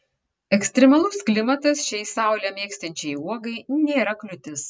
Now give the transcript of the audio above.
ekstremalus klimatas šiai saulę mėgstančiai uogai nėra kliūtis